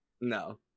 no